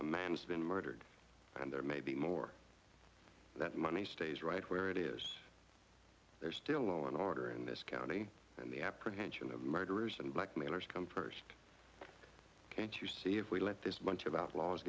a man's been murdered and there may be more that money stays right where it is there's still an order in this county and the apprehension of murderers and blackmailers come first can't you see if we let this bunch of outlaws